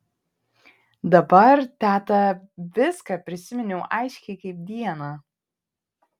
dabar teta viską prisiminiau aiškiai kaip dieną